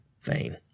vain